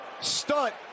stunt